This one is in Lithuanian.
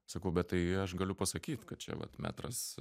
sakau bet tai aš galiu pasakyt kad čia vat metras